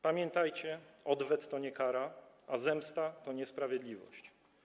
Pamiętajcie: odwet to nie kara, a zemsta to nie sprawiedliwość.